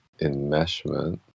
enmeshment